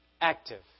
active